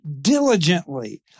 diligently